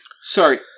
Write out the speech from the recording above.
Sorry